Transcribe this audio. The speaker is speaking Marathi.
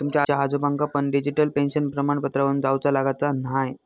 तुमच्या आजोबांका पण डिजिटल पेन्शन प्रमाणपत्रावरून जाउचा लागाचा न्हाय